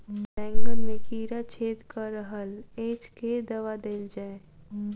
बैंगन मे कीड़ा छेद कऽ रहल एछ केँ दवा देल जाएँ?